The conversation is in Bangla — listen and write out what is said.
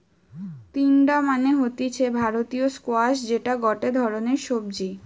তিনডা মানে হতিছে ভারতীয় স্কোয়াশ যেটা গটে ধরণের সবজি